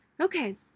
Okay